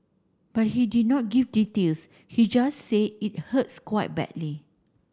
but he did not give details he just said it hurts quite badly